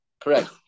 Correct